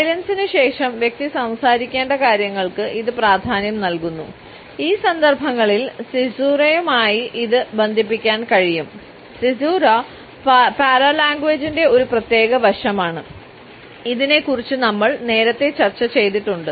സൈലൻസിനു ശേഷം വ്യക്തി സംസാരിക്കേണ്ട കാര്യങ്ങൾക്ക് ഇത് പ്രാധാന്യം നൽകുന്നു ഈ സന്ദർഭങ്ങളിൽ സിസുരയുമായി ഇത് ബന്ധിപ്പിക്കാൻ കഴിയും സിസുര പാരലാംഗേജിന്റെ ഒരു പ്രത്യേക വശമാണ് ഇതിനെക്കുറിച്ച് നമ്മൾ നേരത്തെ ചർച്ച ചെയ്തിട്ടുണ്ട്